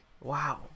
Wow